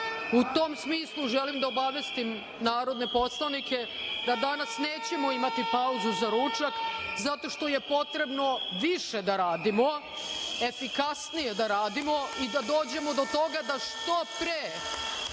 tom smislu, želim da obavestim narodne poslanike da danas nećemo imati pauzu za ručak zato što je potrebno više da radimo, efikasnije da radimo i da dođemo do toga da što pre